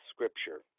Scripture